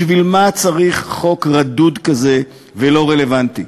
בשביל מה צריך חוק רדוד כזה ולא רלוונטי?